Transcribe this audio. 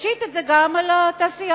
תשית את זה גם על התעשייה.